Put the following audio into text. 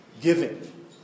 Giving